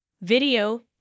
video